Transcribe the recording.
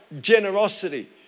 generosity